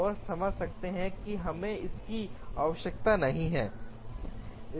और समझ सकते हैं कि हमें इसकी आवश्यकता नहीं है